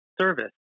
service